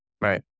Right